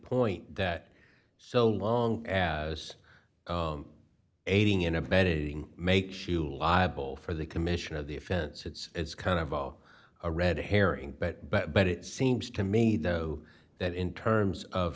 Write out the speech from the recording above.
point that so long as aiding and abetting make sure liable for the commission of the offense it's kind of all a red herring but but but it seems to me though that in terms of